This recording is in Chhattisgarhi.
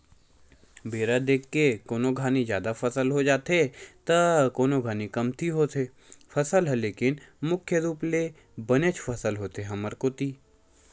बेरा देख के कोनो घानी जादा फसल हो जाथे त कोनो घानी कमती होथे फसल ह लेकिन मुख्य रुप ले बनेच फसल होथे हमर कोती